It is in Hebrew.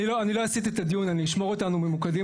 אני לא אסיט את הדיון ואני אשמור אותנו ממוקדים